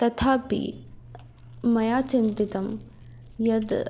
तथापि मया चिन्तितं यद्